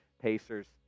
Pacers